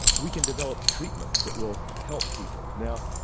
we can develop treatments that will help people. now,